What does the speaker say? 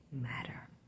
matter